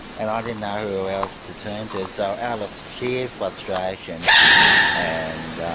and i didn't know who else to turn to, so out of sheer frustration and